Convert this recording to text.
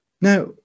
now